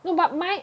no but mind